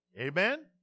Amen